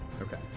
Okay